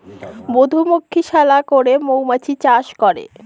মধুমক্ষিশালা করে মৌমাছি চাষ করে